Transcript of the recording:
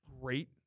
great –